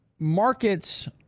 markets